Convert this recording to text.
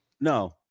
no